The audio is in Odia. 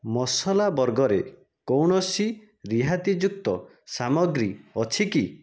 ମସଲା ବର୍ଗରେ କୌଣସି ରିହାତିଯୁକ୍ତ ସାମଗ୍ରୀ ଅଛି କି